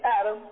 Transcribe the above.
Adam